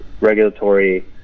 regulatory